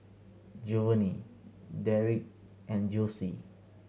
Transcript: Jovanny Derrek and Jossie